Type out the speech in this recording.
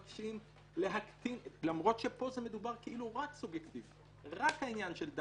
חשבנו להכניס לתוכה - זו עבירה שהעונש המרבי שלה